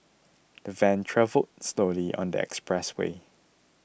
the van travelled slowly on the expressway